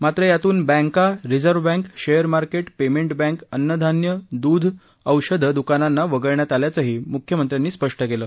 मात्र यातून बँका reserve bank share market payment bank अन्नधान्य दूध औषधं दुकानांना वगळण्यात आल्याचंही मुख्यमंत्र्यांनी स्पष्ट केलं